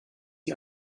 die